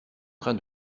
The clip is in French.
train